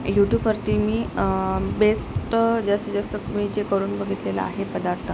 यूट्यूबवरती मी बेस्ट जसं जसं मी जे करून बघितलेलं आहे पदार्थ